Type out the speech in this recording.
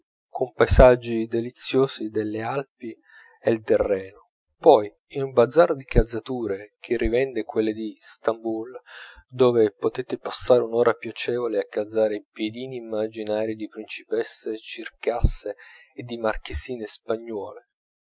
con paesaggi deliziosi delle alpi e del reno poi in un bazar di calzature che rivende quelle di stambul dove potete passare un'ora piacevole a calzare piedini immaginarii di principesse circasse e di marchesine spagnuole